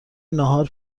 ناهار